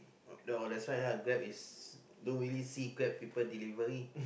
oh that's why lah Grab is don't really see Grab people delivery